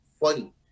funny